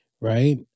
Right